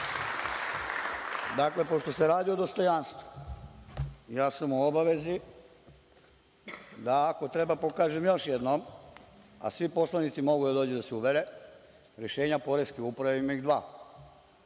pošto se radi o dostojanstvu, ja sam u obavezi da ako treba pokažem još jednom, a svi poslanici mogu da dođu i da se uvere, rešenja Poreske uprave, a ima